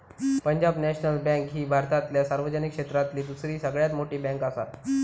Punjab national bank ही भारतातल्या सार्वजनिक क्षेत्रातली दुसरी सगळ्यात मोठी बँकआसा